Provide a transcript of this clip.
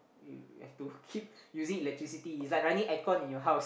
you you have to keep using electricity it's like running aircon in your house